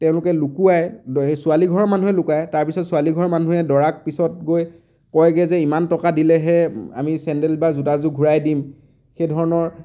তেওঁলোকে লুকুৱাই সেই ছোৱালীঘৰৰ মানুহে লকুৱাই তাৰ পিছত ছোৱালীঘৰৰ মানুহে দৰাক পিছত গৈ কয়গৈ যে ইমান টকা দিলেহে আমি চেন্দেল বা জোতাযোৰ ঘূৰাই দিম সেই ধৰণৰ